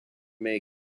may